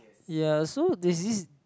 ya so there's this